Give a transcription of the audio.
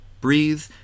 Breathe